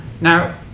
Now